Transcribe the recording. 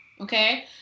Okay